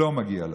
שלא מגיע לו.